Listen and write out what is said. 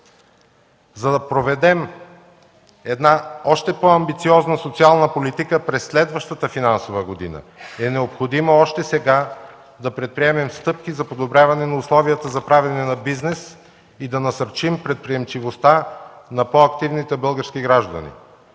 За да проведем една още по-амбициозна социална политика през следващата финансова година, е необходимо още сега да предприемем стъпки за подобряване на условията за правене на бизнес и да насърчим предприемчивостта на по-активните български граждани.